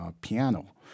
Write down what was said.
piano